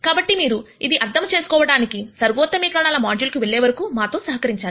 కాబట్టి మీరు ఇది అర్థం చేసుకోవటానికి సర్వోత్తమీకరణల మాడ్యూల్ కు వెళ్లే వరకు మాతో సహకరించాలి